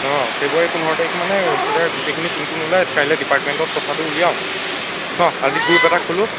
অঁ ফেবুৱাৰী পোন্ধৰ তাৰিখ মানে তেতিয়া গোটেইখিনি কোন কোন ওলাই কাইলৈ ডিপাৰ্টমেন্টত কথাটো উলিয়াওঁ ন আজি গ্ৰুপ এটা খোলোঁ